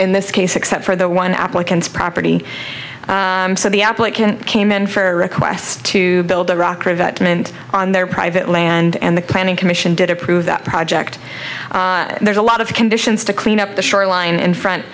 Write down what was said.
in this case except for the one applicant's property so the applicant came in for a request to build a rocket mint on their private land and the planning commission did approve that project there's a lot of conditions to clean up the shoreline in front